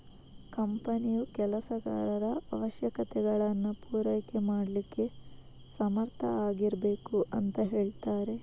ಕಂಪನಿಯು ಕೆಲಸಗಾರರ ಅವಶ್ಯಕತೆಗಳನ್ನ ಪೂರೈಕೆ ಮಾಡ್ಲಿಕ್ಕೆ ಸಮರ್ಥ ಆಗಿರ್ಬೇಕು ಅಂತ ಹೇಳ್ತಾರೆ